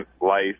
life